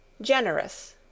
GENEROUS